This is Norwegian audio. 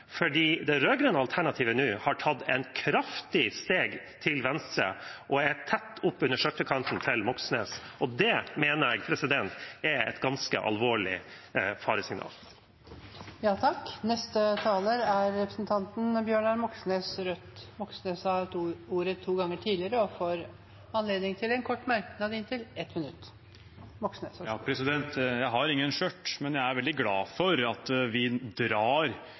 fordi det rød-grønne alternativet har nå tatt et kraftig steg til venstre og er tett oppunder skjørtekanten til Moxnes. Det mener jeg er et ganske alvorlig faresignal. Representanten Bjørnar Moxnes har hatt ordet to ganger tidligere og får ordet til en kort merknad, avgrenset til 1 minutt. Jeg har ingen skjørt, men jeg er veldig glad for at vi drar